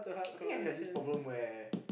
I think I have this problem where